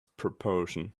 proposition